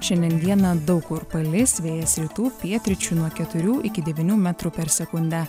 šiandien dieną daug kur palis vėjas rytų pietryčių nuo keturių iki devynių metrų per sekundę